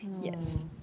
yes